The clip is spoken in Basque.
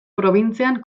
probintzian